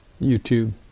YouTube